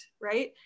Right